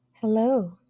Hello